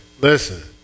listen